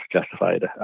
justified